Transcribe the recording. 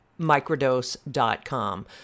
microdose.com